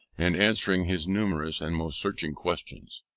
and answering his numerous and most searching questions.